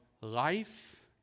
Life